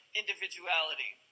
individuality